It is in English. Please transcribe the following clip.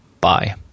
Bye